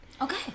Okay